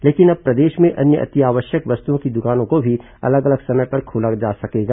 लेकिन अब प्रदेश में अन्य अति आवश्यक वस्तुओं की दुकानों को भी अलग अलग समय पर खोला जा सकेगा